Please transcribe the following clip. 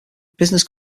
business